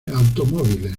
automóviles